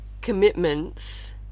commitments